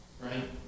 right